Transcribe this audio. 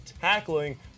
tackling